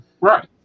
Right